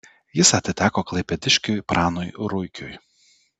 jis atiteko klaipėdiškiui pranui ruikiui